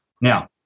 Now